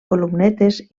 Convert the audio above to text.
columnetes